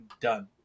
done